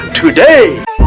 today